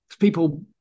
People